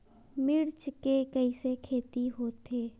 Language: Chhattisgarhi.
मिर्च के कइसे खेती होथे?